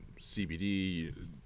CBD